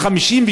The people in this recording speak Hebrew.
250,